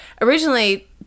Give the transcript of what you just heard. originally